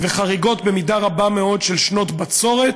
וחריגות במידה רבה מאוד של בצורת,